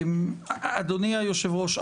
אדוני יושב הראש,